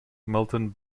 milton